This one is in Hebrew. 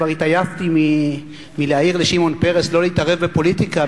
כבר התעייפתי מלהעיר לשמעון פרס לא להתערב בפוליטיקה.